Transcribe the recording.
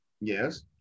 Yes